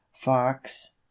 fox